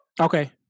Okay